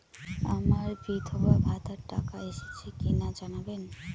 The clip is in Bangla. আমার বিধবাভাতার টাকা এসেছে কিনা জানাবেন?